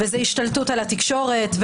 והשתלטות על התקשורת,